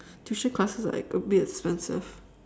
tuition classes like a bit expensive